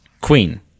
Queen